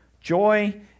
Joy